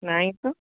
ନାଇ ତ